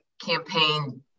campaign